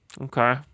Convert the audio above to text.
okay